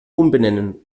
umbenennen